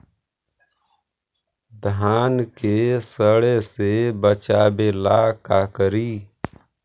धान के सड़े से बचाबे ला का करि?